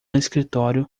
escritório